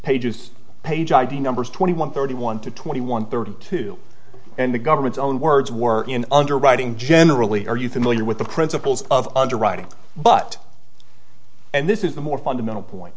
pages page id numbers twenty one thirty one to twenty one thirty two and the government's own words were in underwriting generally are you familiar with the principles of underwriting but and this is the more fundamental point